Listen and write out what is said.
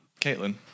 Caitlin